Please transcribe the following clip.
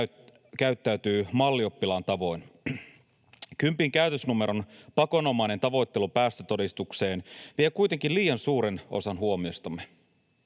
käyttäytyy mallioppilaan tavoin. Kympin käytösnumeron pakonomainen tavoittelu päästötodistukseen vie kuitenkin liian suuren osan huomiostamme.